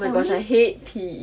oh my gosh I hate P_E